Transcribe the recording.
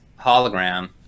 Hologram